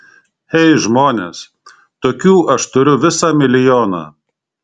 ei žmonės tokių aš turiu visą milijoną